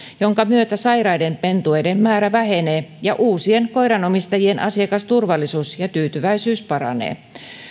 jonka myötä sairaiden pentueiden määrä vähenee ja uusien koiranomistajien asiakasturvallisuus ja tyytyväisyys paranevat